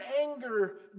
anger